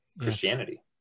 Christianity